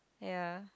ya